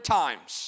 times